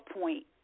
point